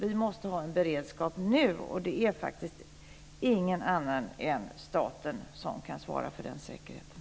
Vi måste ha en beredskap nu, och det är faktiskt ingen annan än staten som kan svara för den säkerheten.